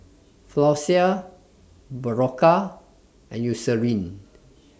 Floxia Berocca and Eucerin